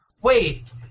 Wait